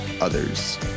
others